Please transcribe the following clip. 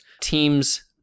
teams